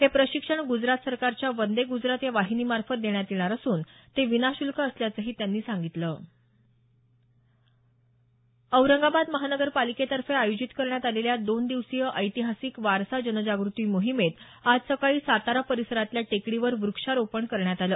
हे प्रशिक्षण ग्रजरात सरकाराच्या वंदे ग्रजरात या वाहिनीमार्फत देण्यात येणार असून ते विनाश्ल्क असल्याचंही त्यांनी सांगितलं औरंगाबाद महानगरपालिकेतर्फे आयोजित करण्यात आलेल्या दोन दिवसीय ऐतिहासिक वारसा जनजाग्रती मोहीमेत आज सकाळी सातारा परिसरातल्या टेकडीवर व्रक्षारोपण करण्यात आलं